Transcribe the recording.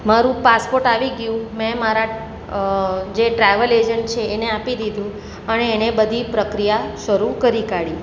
મારુ પાસપોટ આવી ગયું મેં મારા જે ટ્રાવેલ એજન્ટ છે એને આપી દીધું અને એણે બધી પ્રક્રિયા શરૂ કરી કાઢી